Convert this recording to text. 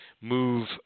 move